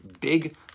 big